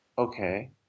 Okay